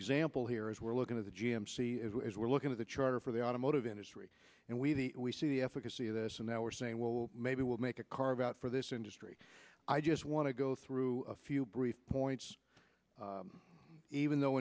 example here is we're looking at the g m c as we're looking at the charter for the automotive industry and we the we see the efficacy of this and now we're saying well maybe we'll make a carve out for this industry i just want to go through a few brief points even though